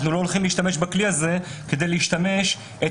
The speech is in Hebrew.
אנחנו לא הולכים להשתמש בכלי הזה כדי שישמש את